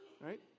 Right